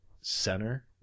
center